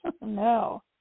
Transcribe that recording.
No